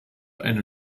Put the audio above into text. eine